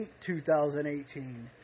2018